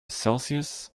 celsius